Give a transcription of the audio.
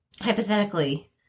hypothetically